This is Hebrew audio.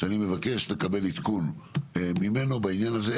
שאני מבקש לקבל עדכון ממנו בעניין הזה,